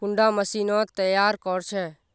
कुंडा मशीनोत तैयार कोर छै?